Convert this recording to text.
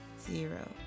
zero